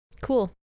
Cool